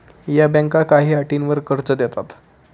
या बँका काही अटींवर कर्ज देतात